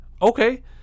Okay